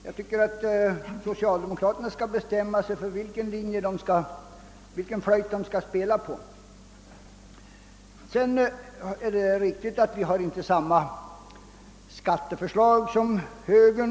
Jag tycker att socialdemokraterna skall bestämma sig för vilken flöjtpipa de skall blåsa i. Det är riktigt att vi inte har samma skatteförslag som högern.